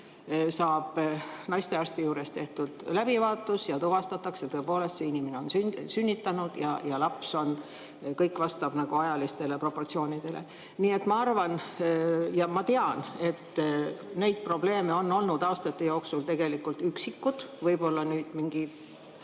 saab naistearsti juures tehtud läbivaatus ja tuvastatakse, et tõepoolest see inimene on sünnitanud ja laps on [tema oma] ning kõik vastab ajalistele proportsioonidele. Nii et ma arvan ja ma tean, et neid probleeme on olnud aastate jooksul tegelikult üksikuid. Võib-olla mingi